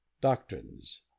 doctrines